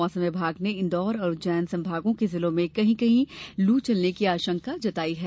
मौसम विभाग ने इंदौर और उज्जैन संभागों के जिलों में कहीं कहीं लू चलने की आशंका जताई है